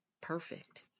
perfect